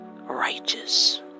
righteous